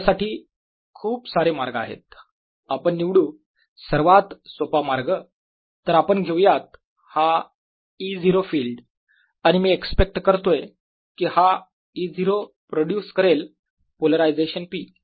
याच्यासाठी खूप सारे मार्ग आहेत आपण निवडू सर्वात सोपा मार्ग तर आपण घेऊ यात हा E0 फिल्ड आणि मी एक्स्पेक्ट करतोय की हा E0 प्रोड्युस करेल पोलरायझेशन P